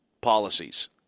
policies